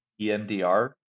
EMDR